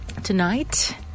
Tonight